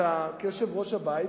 כשרואים שאתה משתמש בכוח בצורה גסה מדי,